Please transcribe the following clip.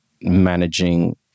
managing